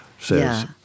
says